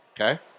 Okay